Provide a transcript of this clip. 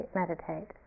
meditate